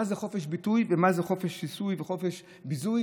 מה זה חופש ביטוי ומה זה חופש שיסוי וחופש ביזוי,